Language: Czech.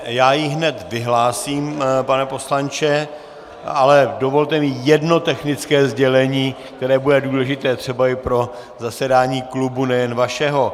Já ji hned vyhlásím, pane poslanče, ale dovolte jedno technické sdělení, které bude důležité třeba i pro zasedání klubu nejen vašeho.